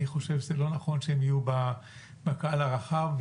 אני חושב שזה לא נכון שהם יהיו בקהל הרחב.